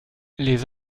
les